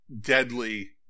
deadly